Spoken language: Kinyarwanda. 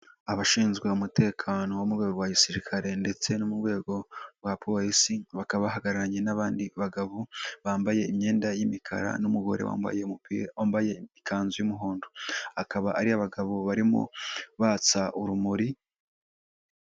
Abashinzwe umutekano mu rwego rwa Gisirikare ndetse no mu rwego rwa Polisi, bakaba bahagararanye n'abandi bagabo bambaye imyenda y'imikara, n'umugore wambaye umupira, wambaye ikanzu y'umuhondo, akaba ari abagabo barimo batsa urumuri.